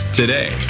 today